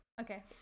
Okay